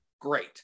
great